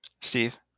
Steve